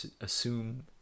assume